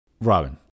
Robin